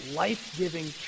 life-giving